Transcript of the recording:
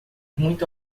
muito